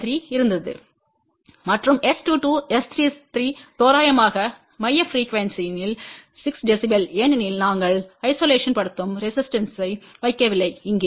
3 இருந்தது மற்றும் S22S33 தோராயமாக மைய ப்ரிக்யூவென்ஸிணில் 6 dB ஏனெனில் நாங்கள் ஐசோலேஷன் படுத்தும் ரெசிஸ்டன்ஸ்பை வைக்கவில்லை இங்கே